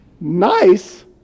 Nice